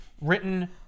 written